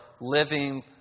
living